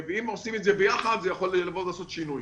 אם עושים את זה ביחד זה יכול לעשות שינוי.